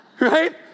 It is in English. Right